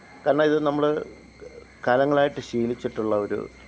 കാരണം ഇത് നമ്മൾ കാലങ്ങളായിട്ട് ശീലിച്ചിട്ടുള്ള ഒരു